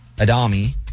Adami